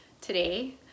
today